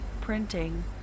printing